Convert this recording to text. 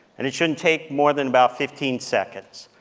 and it shouldn't take more than about fifteen seconds.